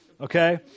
okay